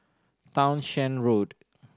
Townshend Road